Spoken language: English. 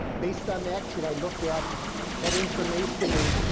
based on that, should i look at that information in